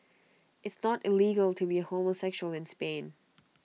it's not illegal to be A homosexual in Spain